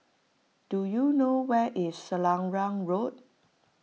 do you know where is Selarang Road